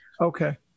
Okay